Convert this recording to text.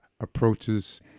approaches